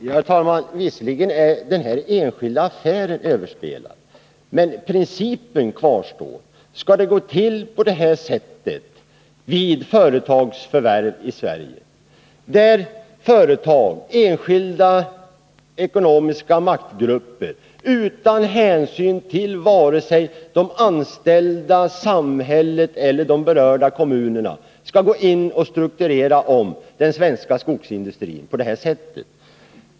Herr talman! Visserligen är den här enskilda affären överspelad men principen kvarstår: Skall det gå till på det här sättet vid företags förvärv i Sverige, att företag, enskilda, ekonomiska maktgrupper utan hänsyn till vare sig de anställda, samhället eller de berörda kommunerna strukturerar om den svenska skogsindustrin?